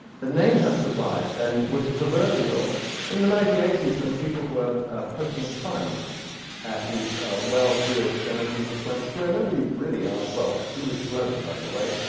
the name has survived, and was proverbial in the nineteen eighty s when people were poking fun at these well-heeled denizens of sloane square. nobody really asked, well, who was sloane, by the way.